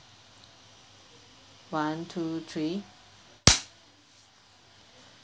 one two three